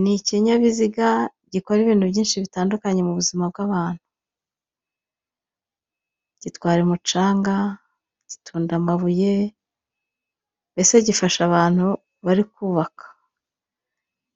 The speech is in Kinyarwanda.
Ni ikinyabiziga gikora ibintu byinshi bitandukanye mu buzima bw'abantu. Gitwara umucanga, gitunda amabuye, mbese gifasha abantu bari kubaka.